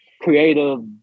creative